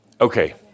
Okay